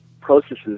processes